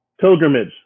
pilgrimage